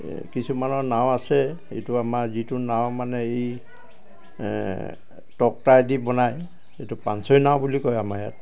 কিছুমানৰ নাও আছে এইটো আমাৰ যিটো নাও মানে এই তক্তা দি বনাই সেইটো পানচৈ নাও বুলি কয় আমাৰ ইয়াত